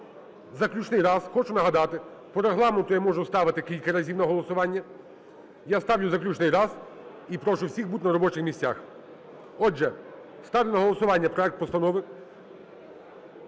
Заключний раз. Хочу нагадати, по Регламенту я можу ставити кілька разів на голосування. Я ставлю заключний раз. І прошу всіх бути на робочих місцях. Отже, ставлю на голосування проект постанови